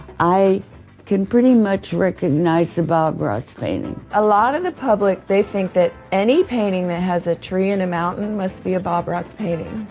i can pretty much recognize a bob ross painting. a lot of the public, they think that any painting that has a tree and a mountain must be a bob ross painting.